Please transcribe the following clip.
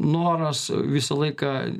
noras visą laiką